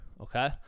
Okay